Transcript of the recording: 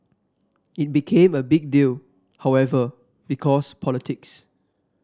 it became a big deal however because politics